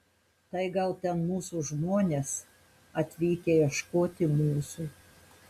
tai gal ten mūsų žmonės atvykę ieškoti mūsų